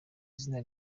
izina